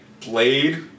Blade